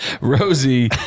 Rosie